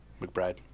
McBride